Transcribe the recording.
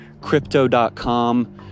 Crypto.com